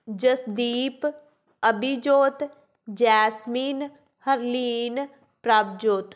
Jasdeep Abhijot Jasmine Harleen Prabhjot